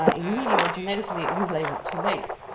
are linearly or genetically related to lakes.